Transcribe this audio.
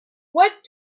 what